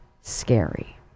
scary